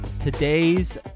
today's